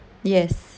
yes